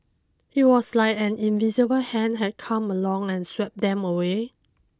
it was like an invisible hand had come along and swept them away